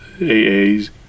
AA's